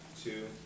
two